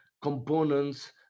components